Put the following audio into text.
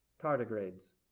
tardigrades